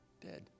dead